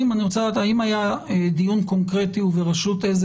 אני רוצה לדעת האם היה דיון קונקרטי ובראשות איזה